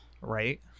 Right